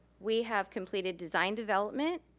we have completed design development,